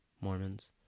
Mormons